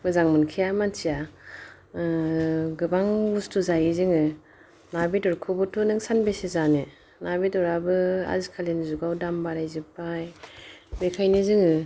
मोजां मोनखाया मानसिया गोबां बुस्थु जायो जोङो ना बेदरखौबोथ' नों सानबेसे जानो ना बेदराबो आजिखालिनि जुगाव दाम बारायजोब्बाय बेखायनो जोङो